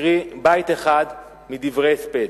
אקריא בית אחד מדברי הספד: